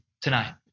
tonight